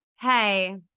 Hey